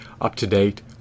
up-to-date